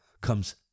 comes